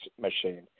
machine